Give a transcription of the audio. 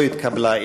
לא נתקבלה.